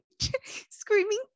screaming